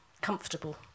comfortable